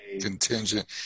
contingent